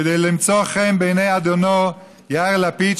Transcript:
כדי למצוא חן בעיני אדונו יאיר לפיד,